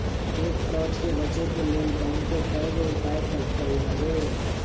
cheque fraud से बचे के लेल बैंकों कयगो उपाय कलकइ हबे